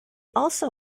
also